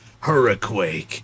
hurricane